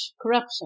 corruption